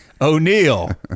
O'Neill